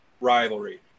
rivalry